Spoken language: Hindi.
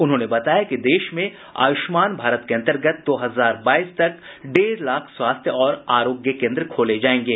उन्होंने बताया कि देश में आयुष्मान भारत के अंतर्गत दो हजार बाईस तक डेढ़ लाख स्वास्थ्य और आरोग्य केन्द्र खोले जाएंगे